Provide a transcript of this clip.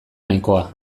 nahikoa